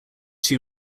two